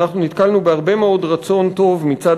אנחנו נתקלנו בהרבה מאוד רצון טוב מצד